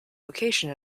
location